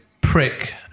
prick